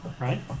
right